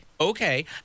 Okay